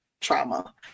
trauma